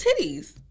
titties